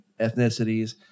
ethnicities